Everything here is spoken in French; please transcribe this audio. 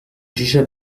jugea